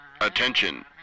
Attention